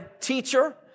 teacher